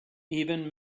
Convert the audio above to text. even